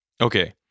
Okay